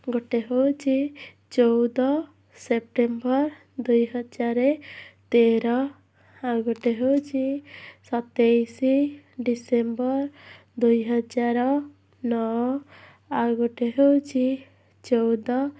ଗୋଟେ ହେଉଛି ଚଉଦ ସେପ୍ଟେମ୍ବର ଦୁଇ ହଜାର ତେର ଆଉ ଗୋଟେ ହେଉଛି ସତେଇଶ ଡ଼ିସେମ୍ବର ଦୁଇ ହଜାର ନଅ ଆଉ ଗୋଟେ ହେଉଛି ଚଉଦ